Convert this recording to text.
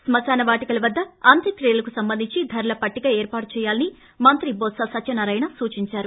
స్మ శానవాటికల వద్ద అంత్యక్రియలకు సంబంధించి ధరల పట్టిక ఏర్పాటు చేయాలని మంత్రి బొత్స సత్యనారాయణ సూచించారు